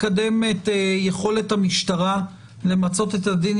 מקדם את יכולת המשטרה למצות את הדין